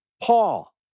Paul